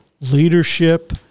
leadership